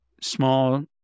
small